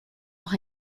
auch